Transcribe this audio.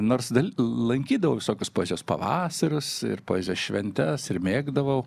nors lankydavau visokius poezijos pavasarius ir poezijos šventes ir mėgdavau